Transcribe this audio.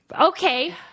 Okay